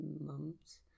months